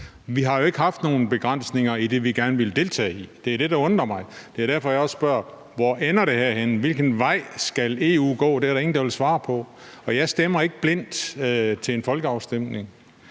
vi har jo ikke haft nogen begrænsninger i det, vi gerne ville deltage i. Det er det, der undrer mig, og det er også derfor, jeg spørger: Hvor ender det her henne? Hvilken vej skal EU gå? Det er der ingen der vil svare på, og jeg stemmer ikke blindt til en folkeafstemning.